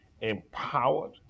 Empowered